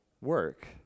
work